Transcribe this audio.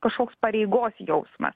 kažkoks pareigos jausmas